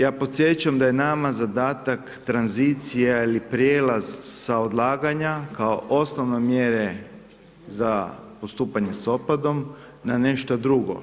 Ja podsjećam da je nama zadatak tranzicija ili prijelaz sa odlaganja kao osnovne mjere za postupanje sa otpadom na nešto drugo.